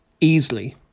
easily